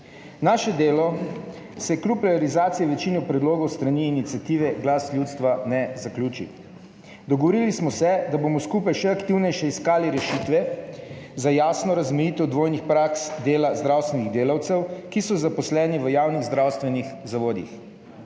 Naše delo se kljub realizaciji večine predlogov s strani iniciative Glas ljudstva ne zaključi. Dogovorili smo se, da bomo skupaj še aktivneje iskali rešitve za jasno razmejitev dvojnih praks dela zdravstvenih delavcev, ki so zaposleni v javnih zdravstvenih zavodih.